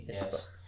yes